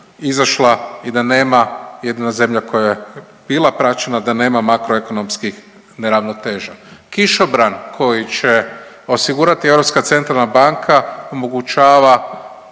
i da nema, jedina zemlja koja je bila praćena da nema makro ekonomskih neravnoteža. Kišobran koji će osigurati Europska centralna banka omogućava